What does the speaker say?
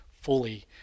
fully